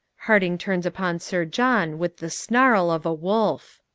harding turns upon sir john with the snarl of a wolf.